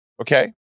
Okay